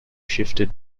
shifted